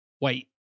wait